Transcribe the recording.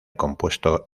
compuesto